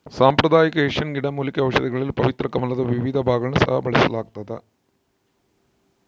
ಸಾಂಪ್ರದಾಯಿಕ ಏಷ್ಯನ್ ಗಿಡಮೂಲಿಕೆ ಔಷಧಿಗಳಲ್ಲಿ ಪವಿತ್ರ ಕಮಲದ ವಿವಿಧ ಭಾಗಗಳನ್ನು ಸಹ ಬಳಸಲಾಗ್ತದ